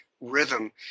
rhythm